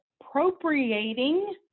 appropriating